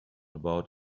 about